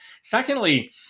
Secondly